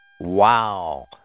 Wow